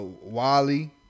Wally